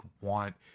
want